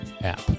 app